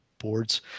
boards